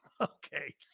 Okay